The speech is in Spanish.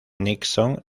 nixon